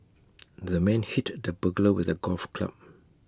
the man hit the burglar with A golf club